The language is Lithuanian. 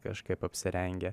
kažkaip apsirengę